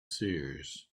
seers